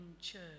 church